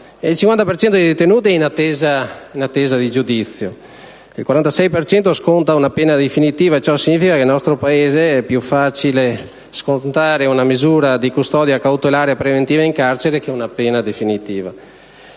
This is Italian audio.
il 50 per cento è in attesa di giudizio, mentre il 46 per cento sconta una pena definitiva e ciò significa che nel nostro Paese è più facile scontare una misura di custodia cautelare preventiva in carcere che una pena definitiva.